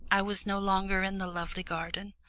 i was no longer in the lovely garden,